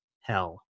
hell